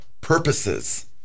purposes